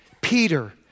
Peter